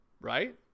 right